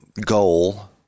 goal